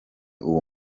uwo